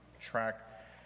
track